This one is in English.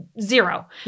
zero